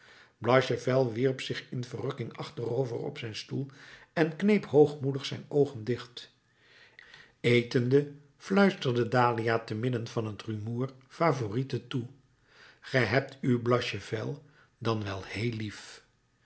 blachevelle wierp zich in verrukking achterover op zijn stoel en kneep hoogmoedig zijn oogen dicht etende fluisterde dahlia temidden van het rumoer favourite toe ge hebt uw blachevelle dan wel heel lief